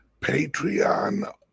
Patreon